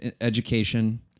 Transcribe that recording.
education